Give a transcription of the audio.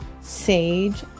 sage